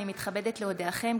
אני מתכבדת להודיעכם,